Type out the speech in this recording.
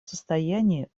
состоянии